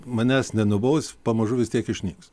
manęs nenubaus pamažu vis tiek išnyks